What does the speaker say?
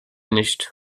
nicht